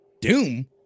Doom